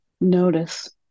Notice